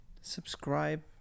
subscribe